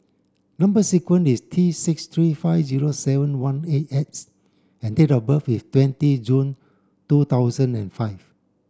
number sequence is T six three five zero seven one eight X and date of birth is twenty June two thousand and five